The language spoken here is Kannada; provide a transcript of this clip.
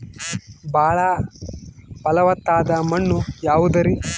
ಬಾಳ ಫಲವತ್ತಾದ ಮಣ್ಣು ಯಾವುದರಿ?